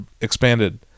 expanded